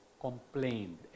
complained